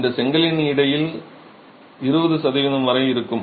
இது செங்கலின் எடையில் 20 சதவீதம் வரை இருக்கும்